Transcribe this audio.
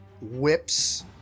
whips